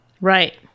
Right